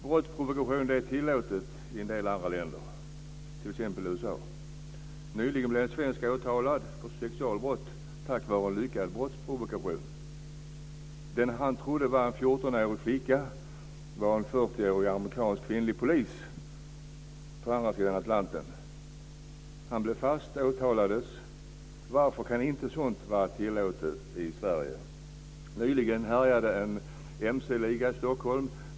Brottsprovokation är tillåtet i en del andra länder, t.ex. i USA. Nyligen blev en svensk åtalad för sexualbrott tack vare en lyckad brottsprovokation. Den han trodde var en 14-årig flicka på andra sidan Atlanten var en 40-årig amerikansk kvinnlig polis. Han blev fast och åtalades. Varför kan inte sådant vara tillåtet i Sverige? Nyligen härjade en mc-liga i Stockholm.